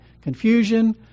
confusion